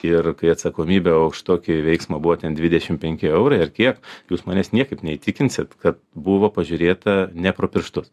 ir kai atsakomybę už tokį veiksmą buvo ten dvidešim penki eurai ar kiek jūs manęs niekaip neįtikinsit kad buvo pažiūrėta ne pro pirštus